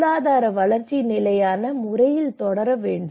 பொருளாதார வளர்ச்சி நிலையான முறையில் தொடர வேண்டும்